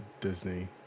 Disney